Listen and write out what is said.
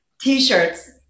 t-shirts